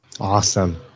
Awesome